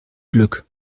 glück